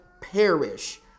perish